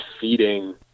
feeding